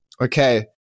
okay